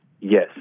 yes